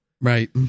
Right